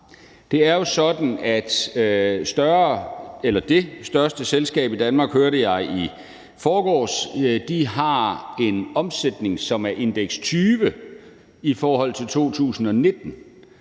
Det er jo sådan, at det største selskab i Danmark – hørte jeg i forgårs – har en omsætning, som er indeks 20 i forhold til 2019,